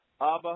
Abba